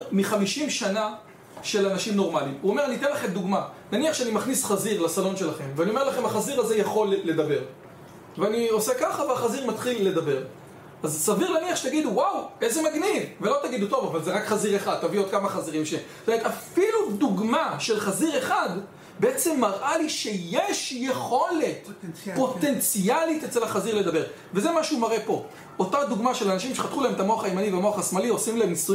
מ-50 שנה של אנשים נורמליים, הוא אומר, אני אתן לכם דוגמה נניח שאני מכניס חזיר לסלון שלכם ואני אומר לכם, החזיר הזה יכול לדבר ואני עושה ככה והחזיר מתחיל לדבר אז סביר נניח שתגידו, וואו! איזה מגניב! ולא תגידו, טוב, אבל זה רק חזיר אחד תביאו עוד כמה חזירים ש... זאת אומרת, אפילו דוגמה של חזיר אחד בעצם מראה לי שיש יכולת פוטנציאלית אצל החזיר לדבר, וזה מה שהוא מראה פה אותה דוגמה של אנשים שחתכו להם את המוח הימני והמוח השמאלי עושים להם ניסוי...